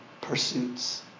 pursuits